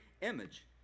image